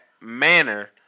manner